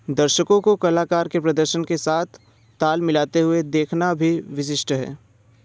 दर्शकों को कलाकार के प्रदर्शन के साथ ताल मिलाते हुए देखना भी विशिष्ट है